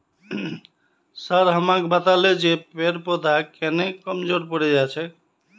sir हमाक बताले जे पेड़ पौधा केन न कमजोर पोरे जा छेक